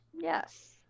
Yes